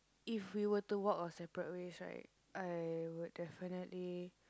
if we were to walk our separate ways right I would definitely